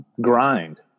grind